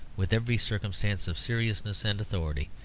with every circumstance of seriousness and authority,